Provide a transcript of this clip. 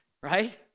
Right